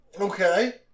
Okay